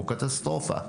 קטסטרופה.